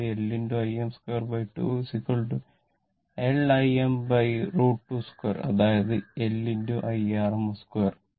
അതായത് L Im 2 2 L Im√ 22 അതായത് L IRMS 2